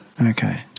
Okay